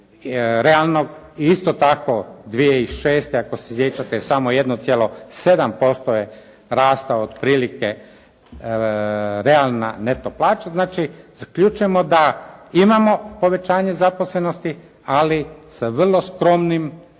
realnog i isto tako 2006. ako se sjećate samo 1,7% je rasta otprilike realna neto plaća. Znači, zaključujemo da imamo povećanje zaposlenosti, ali sa vrlo skromnim realnim